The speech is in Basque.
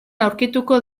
aurkituko